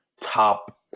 top